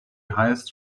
highest